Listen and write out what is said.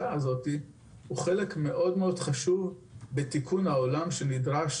הזאת הוא חלק מאוד מאוד חשוב בתיקון העולם שנדרש